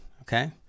Okay